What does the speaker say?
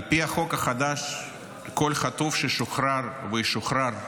על פי החוק החדש, כל חטוף ששוחרר וישוחרר,